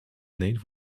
named